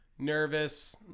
nervous